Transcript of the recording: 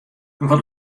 wat